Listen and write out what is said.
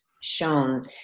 shown